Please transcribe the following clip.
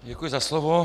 Děkuji za slovo.